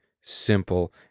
simple